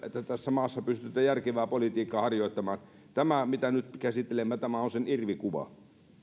että tässä maassa pystyvät ihmiset järkevää politiikkaa harjoittamaan tämä mitä nyt käsittelemme on sen irvikuva